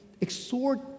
exhort